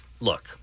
look